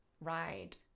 Ride